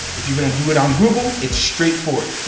if you're gonna do it on google, it's straight forward,